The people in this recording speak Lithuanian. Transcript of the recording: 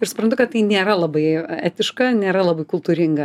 ir suprantu kad tai nėra labai etiška nėra labai kultūringa